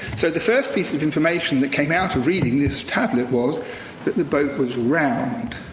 so the first piece of information that came out of reading this tablet was that the boat was round.